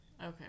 Okay